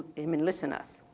i mean, listen us.